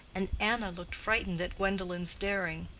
and anna looked frightened at gwendolen's daring.